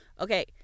Okay